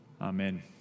Amen